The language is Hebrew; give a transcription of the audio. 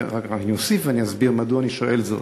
אני אוסיף ואסביר מדוע אני שואל זאת,